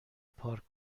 پارک